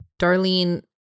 Darlene